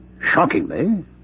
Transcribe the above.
shockingly